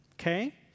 okay